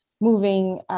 moving